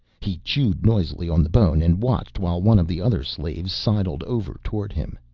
he chewed noisily on the bone and watched while one of the other slaves sidled over towards him.